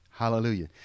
Hallelujah